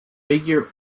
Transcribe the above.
figure